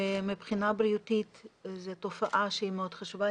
מבחינה בריאותית זו תופעה שהיא מאוד חשובה.